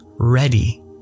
ready